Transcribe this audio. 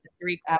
three